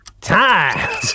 Time